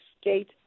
state